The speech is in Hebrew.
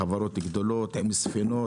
לחברות הגדולות עם ספינות.